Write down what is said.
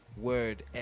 word